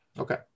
Okay